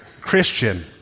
Christian